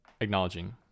acknowledging